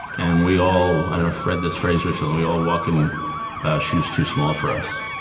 and we all i've read this phrase recently we all walk in shoes too small for us.